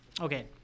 Okay